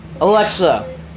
Alexa